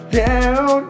down